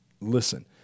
Listen